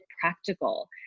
practical